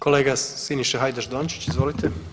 Kolega Siniša Hajdaš Dončić, izvolite.